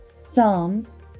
Psalms